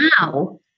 now